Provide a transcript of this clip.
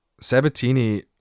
Sabatini